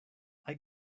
hay